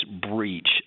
breach